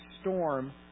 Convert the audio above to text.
storm